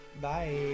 Bye